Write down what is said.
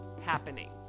happening